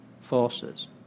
forces